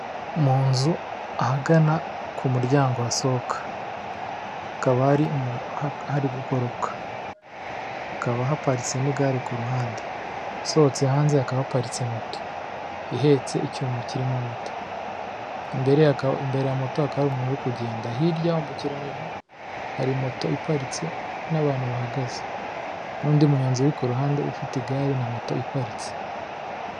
Mu nzu ahagana ku muryango hasohoka, hakaba hari gukoropwa, hakaba haparitse n'igare ku ruhande, usohotse hanze akaba haparitse moto ihetse icyuma kirimo amata, imbere ya moto hakaba hari umuntu uri kugenda, hirya wambukiranyije hari moto iparitse n'abantu bahagaze n'undi munyonzi uri ku ruhande ufite igare na moto iparitse.